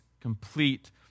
complete